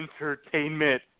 entertainment